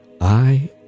I